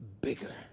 bigger